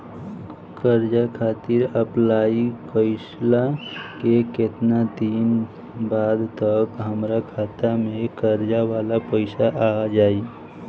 कर्जा खातिर अप्लाई कईला के केतना दिन बाद तक हमरा खाता मे कर्जा वाला पैसा आ जायी?